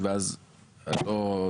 אני אשמח לפרט, ברשותך, אדוני יושב-הראש.